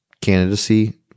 candidacy